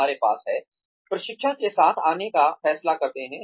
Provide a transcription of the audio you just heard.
हमारे पास है प्रशिक्षण के साथ आने का फैसला करते हैं